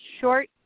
short